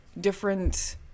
different